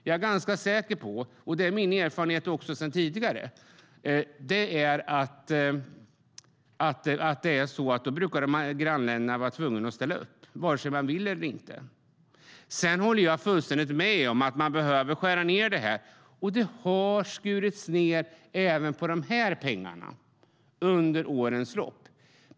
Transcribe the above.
Jag är ganska säker på - och det är min erfarenhet även sedan tidigare - att grannländerna då skulle vara tvungna att ställa upp, vare sig de vill eller inte. Jag håller fullständigt med om att man behöver skära ned detta. Och det har skurits ned även på de här pengarna under årens lopp.